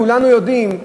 כולנו יודעים,